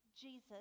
Jesus